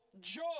joy